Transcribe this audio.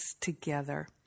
together